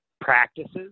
practices